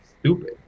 stupid